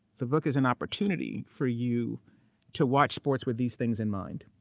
the book is an opportunity for you to watch sports with these things in mind.